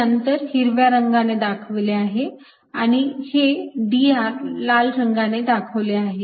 हे अंतर हिरव्या रंगाने दाखवले आहे किंवा हे dr लाल रंगाने दाखवले आहे